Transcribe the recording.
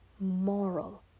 moral